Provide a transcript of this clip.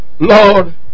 Lord